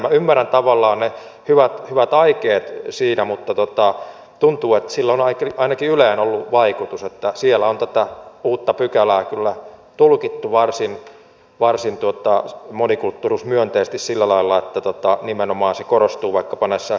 minä ymmärrän tavallaan ne hyvät aikeet siinä mutta tuntuu että sillä on ainakin yleen ollut vaikutus että siellä on tätä uutta pykälää kyllä tulkittu varsin monikulttuurisuusmyönteisesti sillä lailla että nimenomaan tämä agenda korostuu vaikkapa näissä keskusteluohjelmissa